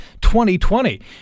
2020